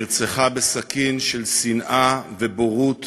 נרצחה בסכין של שנאה ובורות